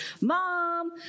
Mom